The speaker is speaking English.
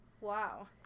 wow